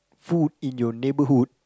food in your neighbourhood